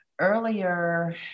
earlier